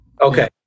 Okay